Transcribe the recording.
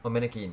oh mannequin